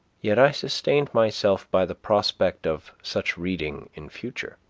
yet i sustained myself by the prospect of such reading in future.